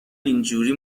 اینجوری